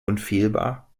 unfehlbar